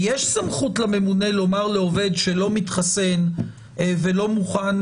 ויש סמכות לממונה לומר לעובד שלא מתחסן ולא מוכן